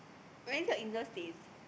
where's your in law's place